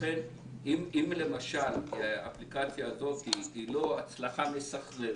לכן אם למשל האפליקציה הזאת היא לא הצלחה מסחררת,